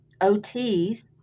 OTs